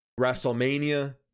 WrestleMania